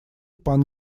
пан